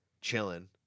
chilling